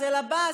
זה לבא,